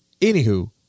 Anywho